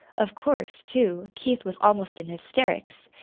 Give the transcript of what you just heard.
of course, too, keith was almost in hysterics,